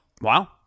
Wow